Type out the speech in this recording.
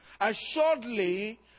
Assuredly